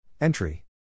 Entry